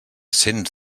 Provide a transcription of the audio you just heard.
cents